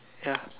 ya